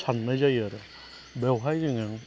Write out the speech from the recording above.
साननाय जायो आरो बेवहाय जोङो